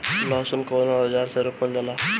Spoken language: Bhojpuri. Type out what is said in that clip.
लहसुन कउन औजार से रोपल जाला?